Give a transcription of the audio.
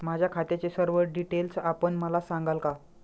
माझ्या खात्याचे सर्व डिटेल्स आपण मला सांगाल का?